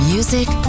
Music